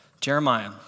Jeremiah